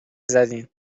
زدین